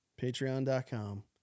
Patreon.com